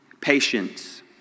Patience